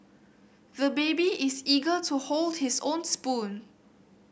the baby is eager to hold his own spoon